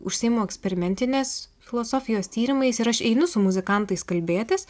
užsiimu eksperimentinės filosofijos tyrimais ir aš einu su muzikantais kalbėtis